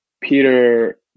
Peter